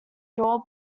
drawn